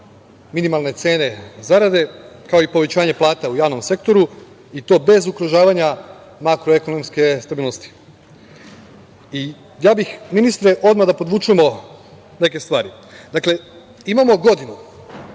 minimalne cene zarade, kao i povećanje plata u javnom sektoru, i to bez ugrožavanja makroekonomske stabilnosti. Ministre, ja bih odmah da podvučemo neke stvari. Dakle, imamo 2020.